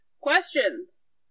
Questions